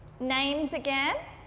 names again.